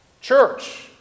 Church